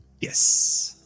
Yes